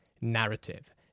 narrative